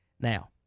Now